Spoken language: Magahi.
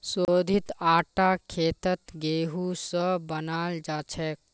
शोधित आटा खेतत गेहूं स बनाल जाछेक